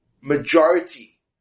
majority